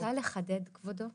אני רוצה לחדד, כבודו,